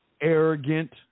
Arrogant